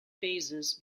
phases